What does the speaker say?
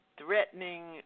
threatening